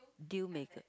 deal maker